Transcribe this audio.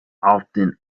often